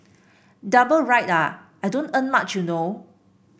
double ride ah I don't earn much you know